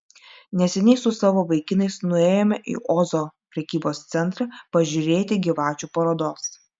neseniai su savo vaikinais nuėjome į ozo prekybos centrą pažiūrėti gyvačių parodos